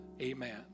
amen